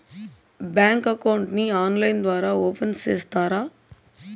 Bank account ని online ద్వారా open సేస్తారా?